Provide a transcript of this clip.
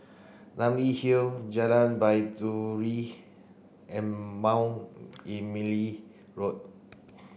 Namly Hill Jalan Baiduri and Mount Emily Road